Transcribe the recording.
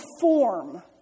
form